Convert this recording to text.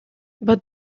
but